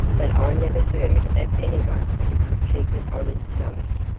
but i never heard of anyone who could keep it on his stomach.